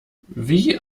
wie